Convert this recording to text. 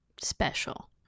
special